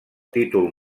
títol